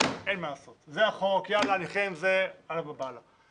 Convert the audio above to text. שאין מה לעשות, זה החוק, על הבאב אללה.